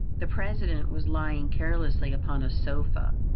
the president was lying carelessly upon a sofa,